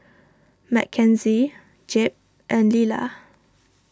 Mckenzie Jeb and Lilah